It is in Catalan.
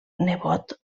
nebot